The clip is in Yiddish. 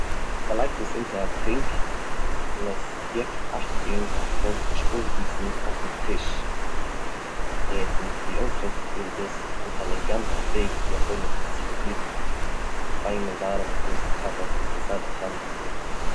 מ'לייגט עס אונטער א טרונק און עס געבט אכטונג אז ס'זאל זיך נישט אויסגיסן אויפן טיש, און ווי אויכעט איז דאס אן עלעגאנטע וועג ווי אזוי מען קען סערווירן א פיינע ווארעמע גלאז קאווע וואס און סיי וועלכע אנדערע טרונק.